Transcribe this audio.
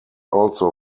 also